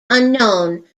unknown